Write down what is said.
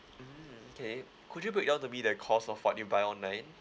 mm okay could you break down to me the cost of what you buy online